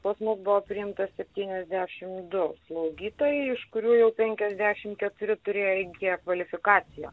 pas mus buvo priimta septyniasdešim du slaugytojai iš kurių jau penkiasdešim keturi turėjo įgiję kvalifikaciją